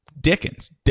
Dickens